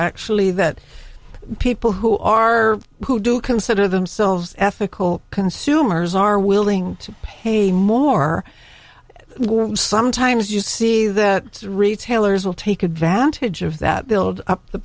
actually that people who are who do consider themselves ethical consumers are willing to pay more sometimes you see that retailers will take advantage of that build up the